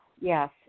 Yes